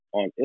on